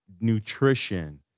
nutrition